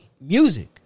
music